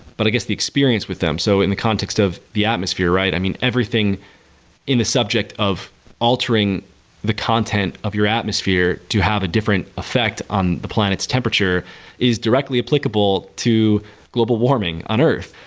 but i guess the experience with them. so in the context of the atmosphere, right? i mean, everything in a subject of altering the content of your atmosphere to have a different effect on the planet's temperature is directly applicable to global warming on earth.